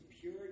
pure